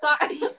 Sorry